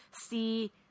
see